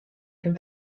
can